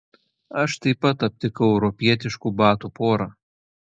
aš taip pat aptikau europietiškų batų porą